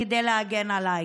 כדי להגן עליי.